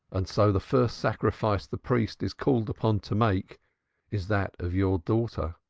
and so the first sacrifice the priest is called upon to make is that of your daughter.